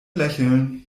lächeln